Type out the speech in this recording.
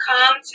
come